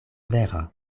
vera